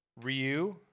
Ryu